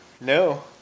No